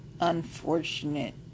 unfortunate